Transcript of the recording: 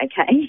okay